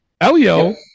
Elio